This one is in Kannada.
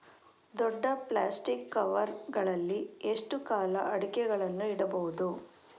ದೊಡ್ಡ ಪ್ಲಾಸ್ಟಿಕ್ ಕವರ್ ಗಳಲ್ಲಿ ಎಷ್ಟು ಕಾಲ ಅಡಿಕೆಗಳನ್ನು ಇಡಬಹುದು?